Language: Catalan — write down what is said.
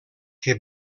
que